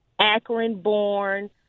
Akron-born